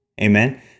Amen